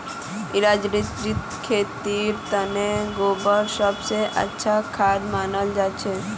इलायचीर खेतीर तने गोबर सब स अच्छा खाद मनाल जाछेक